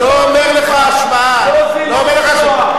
לא אומר לך השוואה, לא אומר לך, זה זילות השואה.